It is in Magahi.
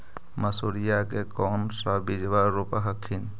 मसुरिया के कौन सा बिजबा रोप हखिन?